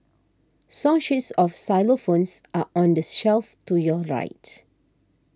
song sheets of xylophones are on the shelf to your right